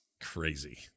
Crazy